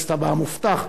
לכנסת הבאה מובטח,